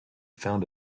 found